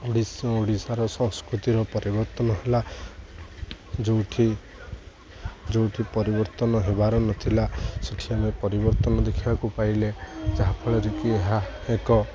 ଓଡ଼ିଶାର ସଂସ୍କୃତିର ପରିବର୍ତ୍ତନ ହେଲା ଯେଉଁଠି ଯେଉଁଠି ପରିବର୍ତ୍ତନ ହେବାର ନଥିଲା ସେଠି ଆମେ ପରିବର୍ତ୍ତନ ଦେଖିବାକୁ ପାଇଲେ ଯାହାଫଳରେ କିି ଏହା ଏକ